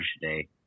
today